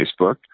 Facebook